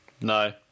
No